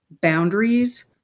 boundaries